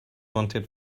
wanted